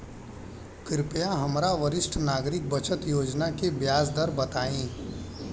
कृपया हमरा वरिष्ठ नागरिक बचत योजना के ब्याज दर बताई